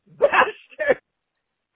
bastard